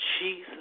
Jesus